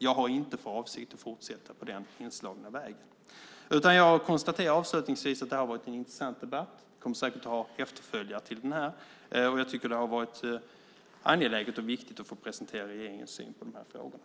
Jag har inte för avsikt att fortsätta på den inslagna vägen. Jag konstaterar avslutningsvis att det här har varit en intressant debatt. Vi kommer säkert att ha efterföljare till den. Jag tycker att det har varit angeläget och viktigt att få presentera regeringens syn i de här frågorna.